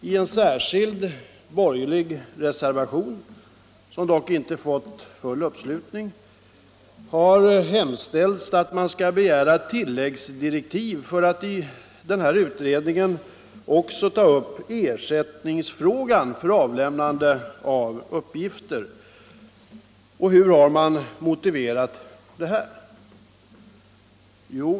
I en borgerlig reservation, som dock inte fått full uppslutning, har hemställts att utredningen skall meddelas tilläggsdirektiv att utreda frågan om ersättning för avlämnande av uppgifter. Hur har man motiverat det förslaget?